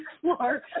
floor